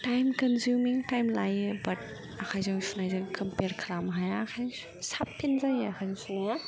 time consuming बाट आखाइजों सुनायजों क्मपेयार खालामनो हाया ओमफ्राय साबसिन जायो आखाइजों सुनाया